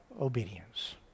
obedience